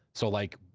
so like,